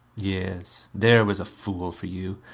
yes. there was a fool, for you!